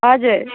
हजर